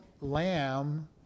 lamb